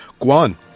Guan